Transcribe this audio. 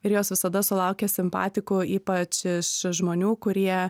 ir jos visada sulaukia simpatikų ypač iš žmonių kurie